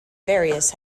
various